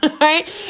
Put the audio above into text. Right